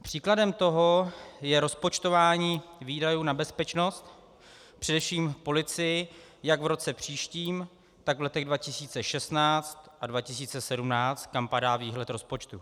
Příkladem toho je rozpočtování výdajů na bezpečnost, především policii, jak v roce příštím, tak v letech 2016 a 2017, kam padá výhled rozpočtu.